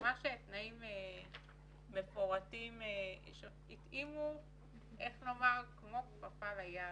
ממש תנאים מפורטים שהתאימו כמו כפפה ליד